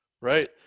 right